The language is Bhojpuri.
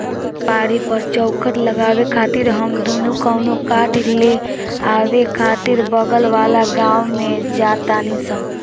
दुआरी पर चउखट लगावे खातिर हम दुनो कवनो काठ ले आवे खातिर बगल वाला गाँव में जा तानी सन